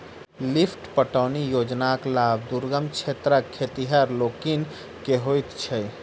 lift पटौनी योजनाक लाभ दुर्गम क्षेत्रक खेतिहर लोकनि के होइत छै